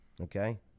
okay